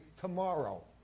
tomorrow